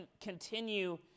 continue